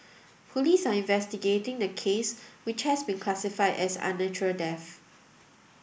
police are investigating the case which has been classified as an unnatural death